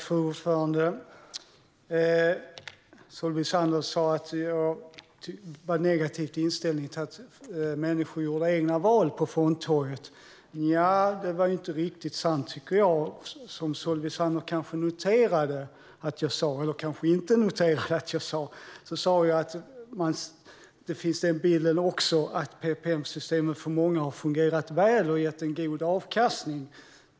Fru talman! Solveig Zander sa att jag är negativt inställd till att människor gör egna val på fondtorget. Det är inte riktigt sant. Solveig Zander kanske noterade - eller kanske inte noterade - att jag sa att det också finns en bild där PPM-systemet för många har fungerat väl och gett en god avkastning.